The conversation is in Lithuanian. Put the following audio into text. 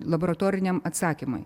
laboratoriniam atsakymui